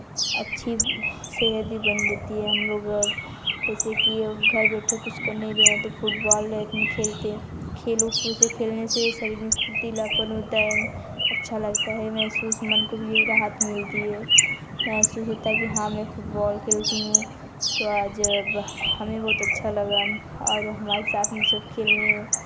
अच्छी सेहत भी बनती है हम लोग कैसे किया घर बैठे कुछ कर नहीं रहे है तो फुटबॉल लेकिन खेलते खेलो मुझे खेलने से शरीर में फुर्तीलापन होता है अच्छा लगता है महसूस मन को भी राहत मिलती है कि हाँ मैं फुटबॉल खेलती हूँ तो आज बहुत हमें बहुत अच्छा लगा और हमारे साथ में सब खेलने